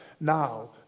Now